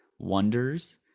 Wonders